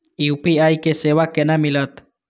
UPI के सेवा केना मिलत?